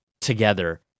together